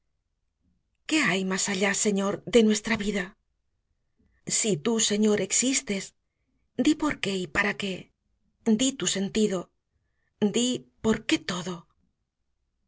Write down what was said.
qué hay más allá señor de nuestra vida si tú señor existes di por qué y para qué di tu sentido di por qué todo